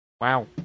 Wow